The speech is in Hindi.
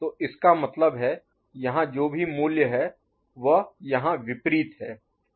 तो इसका मतलब है यहाँ जो भी मूल्य है वह यहाँ विपरीत है